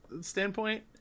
standpoint